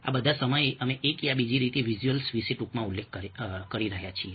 આ બધા સમયે અમે એક યા બીજી રીતે વિઝ્યુઅલ્સ વિશે ટૂંકમાં ઉલ્લેખ કરી રહ્યા છીએ